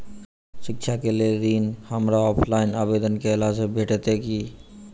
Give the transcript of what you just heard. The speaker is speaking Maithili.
शिक्षा केँ लेल ऋण, हमरा ऑफलाइन आवेदन कैला सँ भेटतय की?